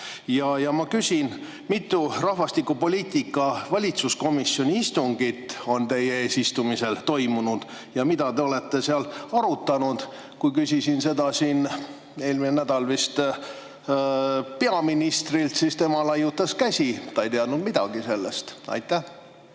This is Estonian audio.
Ja ma küsin, mitu rahvastikupoliitika valitsuskomisjoni istungit on teie eesistumisel toimunud ja mida te olete seal arutanud. Kui küsisin seda siin, eelmine nädal vist, peaministrilt, siis tema laiutas käsi, ta ei teadnud midagi sellest. Aitäh